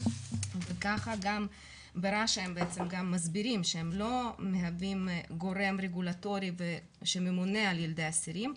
וככה גם ברש"א מסבירים מהווים גורם רגולטורי שממונה על ילדי האסירים,